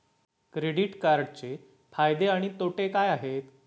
Credit कार्डचे फायदे आणि तोटे काय आहेत?